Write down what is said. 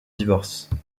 divorce